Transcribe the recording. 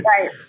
right